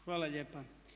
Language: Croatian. Hvala lijepa.